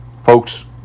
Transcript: Folks